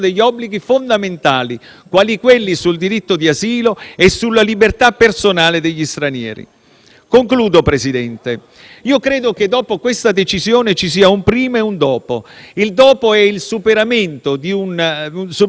signor Presidente, io credo che dopo questa decisione ci sia un prima e un dopo. Il dopo è il superamento non sanabile di un cardine democratico che aprirebbe le porte a percorsi inesplorati,